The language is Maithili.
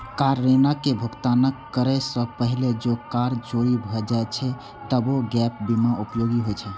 कार ऋणक भुगतान करै सं पहिने जौं कार चोरी भए जाए छै, तबो गैप बीमा उपयोगी होइ छै